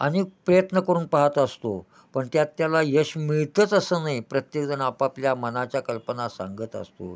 आणि प्रयत्न करून पाहत असतो पण त्यात त्याला यश मिळतच असं नाही प्रत्येकजण आपापल्या मनाच्या कल्पना सांगत असतो